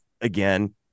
again